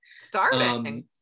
Starving